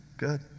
Good